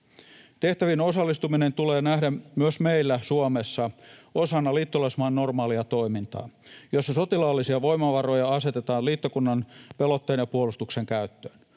Tehtäviin osallistuminen tulee nähdä myös meillä Suomessa osana liittolaismaan normaalia toimintaa, jossa sotilaallisia voimavaroja asetetaan liittokunnan pelotteen ja puolustuksen käyttöön.